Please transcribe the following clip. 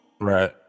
Right